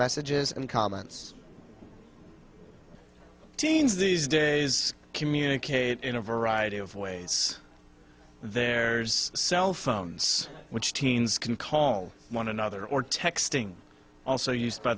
messages and comments teens these days communicate in a variety of ways there's cell phones which teens can call one another or texting also used by